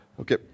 okay